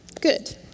good